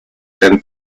and